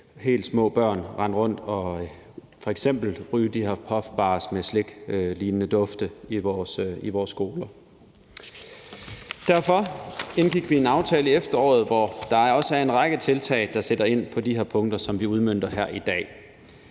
helt små børn rende rundt i vores skoler og f.eks. ryge de her puffbars med sliklignende dufte. Derfor indgik vi en aftale i efteråret, hvor der også er en række tiltag, der sætter ind på de punkter, og som vi udmønter her i dag.